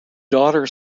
daughter